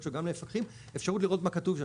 שלו גם --- אפשרות לראות מה כתוב שם,